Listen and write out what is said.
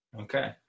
Okay